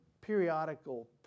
periodical